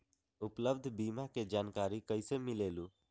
उपलब्ध बीमा के जानकारी कैसे मिलेलु?